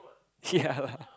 ya lah